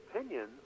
opinions